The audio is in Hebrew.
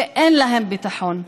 שאין להם ביטחון.